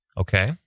Okay